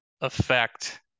affect